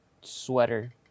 sweater